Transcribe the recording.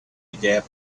gap